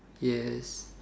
yes